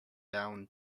down